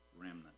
remnant